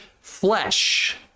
flesh